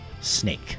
snake